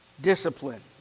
discipline